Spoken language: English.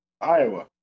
Iowa